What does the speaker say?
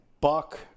Buck